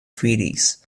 treaties